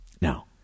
Now